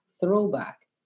throwback